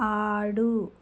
ఆడు